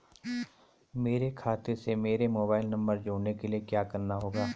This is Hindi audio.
मेरे खाते से मेरा मोबाइल नम्बर जोड़ने के लिये क्या करना होगा?